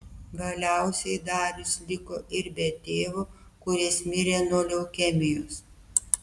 galiausiai darius liko ir be tėvo kuris mirė nuo leukemijos